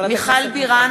(קוראת בשם חברת הכנסת) מיכל בירן,